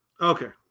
Okay